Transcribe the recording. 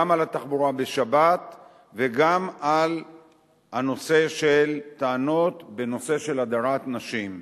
גם על התחבורה בשבת וגם על הנושא של טענות בנושא הדרת נשים.